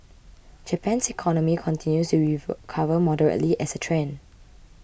Japan's economy continues to recover moderately as a trend